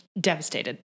devastated